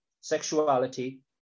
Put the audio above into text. sexuality